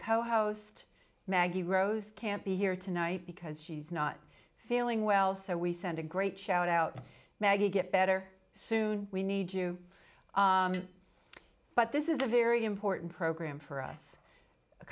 co host maggie rose can't be here tonight because she's not feeling well so we sent a great shout out maggie get better soon we need you but this is a very important program for us a